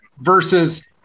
versus